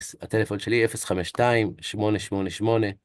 הטלפון שלי 052-888...